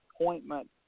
appointment